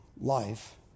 life